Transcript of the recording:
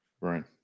Right